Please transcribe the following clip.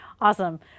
Awesome